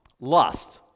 lust